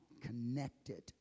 connected